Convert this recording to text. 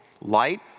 Light